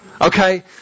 Okay